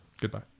Goodbye